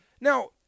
Now